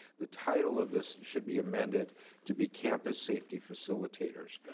the title of this should be amended to be campus safety facilitators.